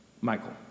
Michael